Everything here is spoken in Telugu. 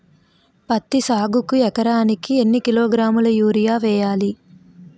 పత్తి సాగుకు ఎకరానికి ఎన్నికిలోగ్రాములా యూరియా వెయ్యాలి?